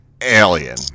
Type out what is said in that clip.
Alien